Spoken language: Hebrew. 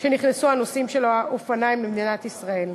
כשנכנסו הנושאים של האופניים למדינת ישראל.